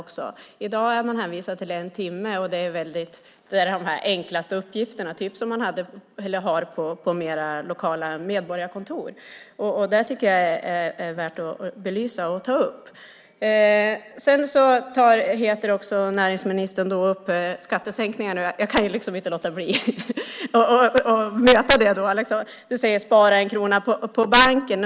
I dag är man hänvisad till en timme, och då är det hjälp med de enklaste uppgifterna, typ de som man har på lokala medborgarkontor. Det här tycker jag är värt att belysa och ta upp. Sedan tar näringsministern också upp skattesänkningar, och jag kan inte låta bli att bemöta det. Hon talar om att spara en krona på banken.